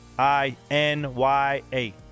I-N-Y-A